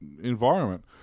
environment